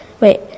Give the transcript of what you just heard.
wait